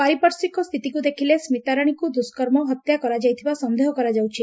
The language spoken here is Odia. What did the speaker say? ପାରିପାର୍ଶ୍ୱିକ ସ୍ଥିତିକୁ ଦେଖିଲେ ସ୍କିତାରାଣୀକୁ ଦୁଷ୍କର୍ମ ଓ ହତ୍ୟା କରାଯାଇଥିବା ସନ୍ଦେହ କରାଯାଉଛି